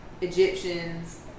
egyptians